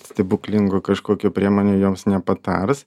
stebuklingų kažkokių priemonių jums nepatars